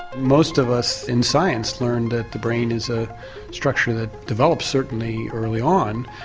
most of us in science learned that the brain is a structure that developed certainly early on,